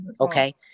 Okay